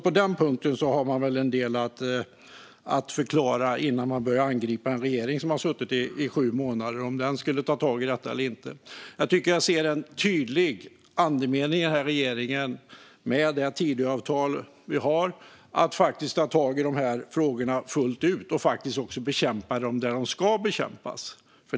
På den punkten har man väl en del att förklara innan man börjar angripa en regering som har suttit i sju månader med huruvida den ska ta tag i detta eller inte. Jag tycker mig se en tydlig andemening i den här regeringen, med det Tidöavtal vi har, att ta tag i dessa frågor fullt ut och bekämpa problemen där de ska bekämpas.